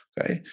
Okay